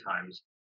times